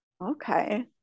okay